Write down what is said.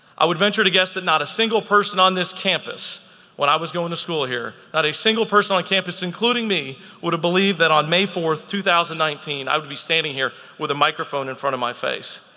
i would venture to guess that not a single person on this campus when i was going to school here, not a single person on campus including me would have believed that on may fourth, two thousand and nineteen i would be standing here with a microphone in front of my face.